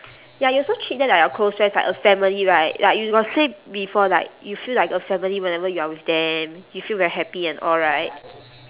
ya you also treat them like your close friends like a family right like you got say before like you feel like a family whenever you are with them you feel very happy and all right